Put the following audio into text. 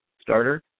starter